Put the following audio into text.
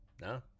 no